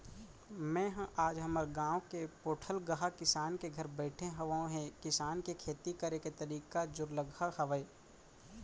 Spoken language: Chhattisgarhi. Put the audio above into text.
मेंहा आज हमर गाँव के पोठलगहा किसान के घर बइठे हँव ऐ किसान के खेती करे के तरीका जोरलगहा हावय